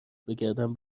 بگردم